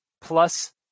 plus